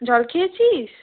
জল খেয়েছিস